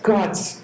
God's